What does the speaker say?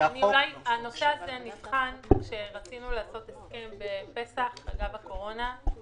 הנושא הזה נבחן כשרצינו לעשות הסכם בפסח אגב הקורונה.